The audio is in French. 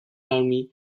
army